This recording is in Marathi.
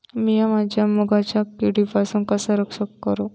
मीया माझ्या मुगाचा किडीपासून कसा रक्षण करू?